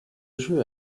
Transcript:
jeu